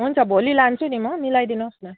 हुन्छ भोलि लान्छु नि म मिलाइदिनुहोस् न